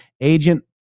Agent